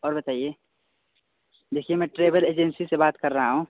और बताइए देखिए में ट्रेभेल एजेंसी से बात कर रहा हूँ